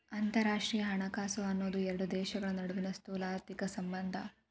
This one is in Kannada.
ಅಂತರರಾಷ್ಟ್ರೇಯ ಹಣಕಾಸು ಅನ್ನೋದ್ ಎರಡು ದೇಶಗಳ ನಡುವಿನ್ ಸ್ಥೂಲಆರ್ಥಿಕ ಸಂಬಂಧ